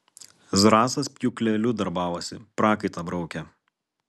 zrazas pjūkleliu darbavosi prakaitą braukė